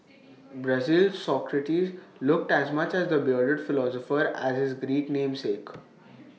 Brazil's Socrates looked as much the bearded philosopher as his Greek namesake